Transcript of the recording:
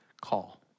call